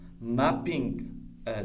mapping